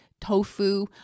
tofu